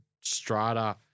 strata